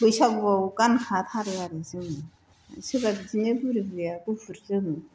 बैसागुआव गानखाथारो आरो जोङो सोरबा बिदिनो बुरै बुरैया गुफुर जोमो